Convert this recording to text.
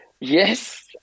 Yes